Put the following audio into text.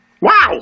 Wow